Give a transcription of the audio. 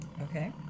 Okay